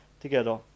together